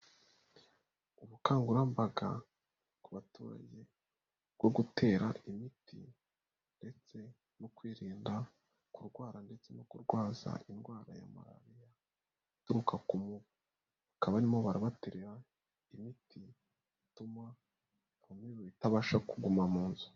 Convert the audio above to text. Ubukangurambaga ku baturage bwo gutera imiti ndetse no kwirinda kurwara ndetse no kurwaza indwara ya malaria ituruka ku mubu. Bakaba barimo barabaterera imiti ituma imibu itabasha kuguma mu nzu.